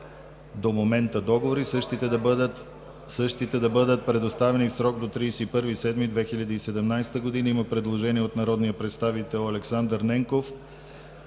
до момента договори и същите да бъдат предоставени в срок до 31 юли 2017 г.“ Има предложение от народния представител Александър Ненков